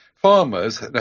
Farmers